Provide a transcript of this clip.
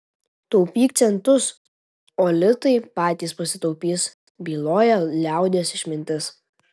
taupyk centus o litai patys pasitaupys byloja liaudies išmintis